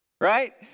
Right